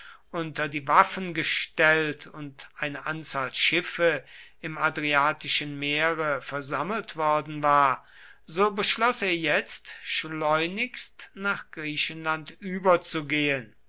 unter die waffen gestellt und eine anzahl schiffe im adriatischen meere versammelt worden war so beschloß er jetzt schleunigst nach griechenland überzugehen